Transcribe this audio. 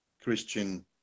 Christian